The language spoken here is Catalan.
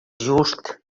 just